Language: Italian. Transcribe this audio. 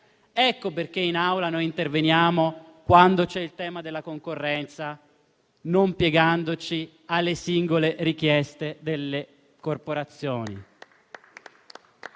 Ecco perché in Assemblea interveniamo quando c'è il tema della concorrenza, non piegandoci alle singole richieste delle corporazioni.